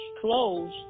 clothes